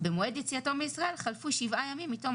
במועד יציאתו מישראל חלפו שבעה ימים מתום